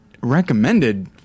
recommended